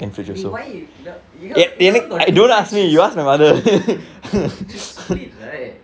dey why you you all got two fridge should should split right